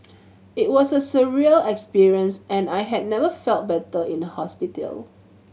it was a surreal experience and I had never felt better in a hospital